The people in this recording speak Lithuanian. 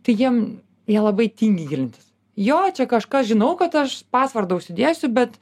tai jiem jie labai tingi gilintis jo čia kažką žinau kad aš pasvordą užsidėsiu bet